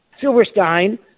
Silverstein